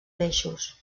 peixos